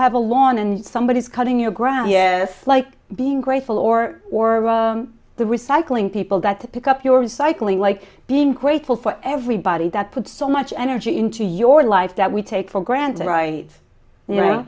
have a lawn and somebody is cutting your ground like being grateful or or the recycling people that pick up your recycling like being grateful for everybody that put so much energy into your life that we take for granted right y